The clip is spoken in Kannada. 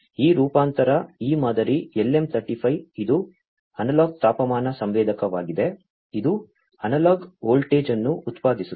ಈ ರೂಪಾಂತರ ಈ ಮಾದರಿ LM 35 ಇದು ಅನಲಾಗ್ ತಾಪಮಾನ ಸಂವೇದಕವಾಗಿದೆ ಇದು ಅನಲಾಗ್ ವೋಲ್ಟೇಜ್ ಅನ್ನು ಉತ್ಪಾದಿಸುತ್ತದೆ